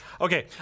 Okay